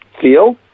feel